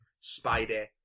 Spider